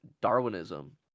Darwinism